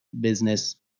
business